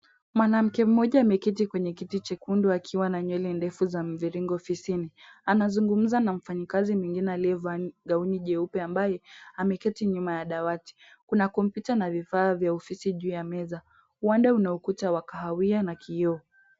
Mwanamke mmoja ameketi kwenye kiti chekundu akiwa na nywele ndefu za mviringo ofisini. Anazungumza na mfanyikazi mwingine aliyevaa gauni jeupe ambaye ameketi nyuma ya dawati. Kuna kompyuta na vifaa vya ofisi juu ya meza. Uwanda una ukuta wa kahawia na kiio.